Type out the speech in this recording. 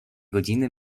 godziny